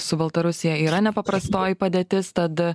su baltarusija yra nepaprastoji padėtis tad